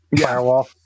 firewall